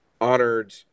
honored